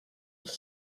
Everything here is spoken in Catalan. els